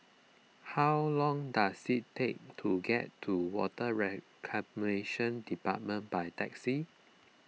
how long does it take to get to Water Reclamation Department by taxi